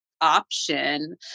option